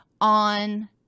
on